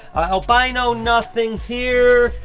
albino, nothing here.